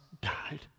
died